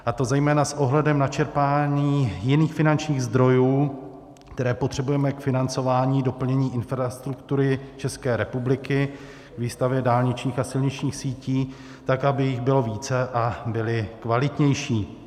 A to zejména s ohledem na čerpání jiných finančních zdrojů, které potřebujeme k financování doplnění infrastruktury ČR, výstavbě dálničních a silničních sítí tak, aby jich bylo více a byly kvalitnější.